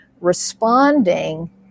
responding